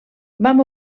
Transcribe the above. vam